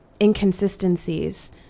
inconsistencies